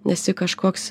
esi kažkoks